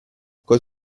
col